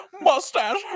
mustache